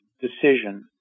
decision